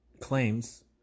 claims